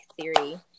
theory